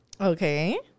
Okay